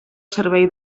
servei